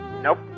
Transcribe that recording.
Nope